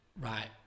right